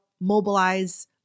mobilize